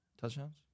touchdowns